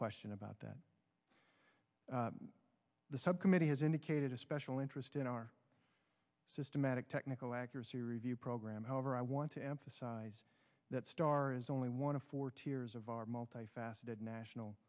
question about that the subcommittee has indicated a special interest in our systematic technical accuracy review program however i want to emphasize that star is only one of forty years of our multifaceted national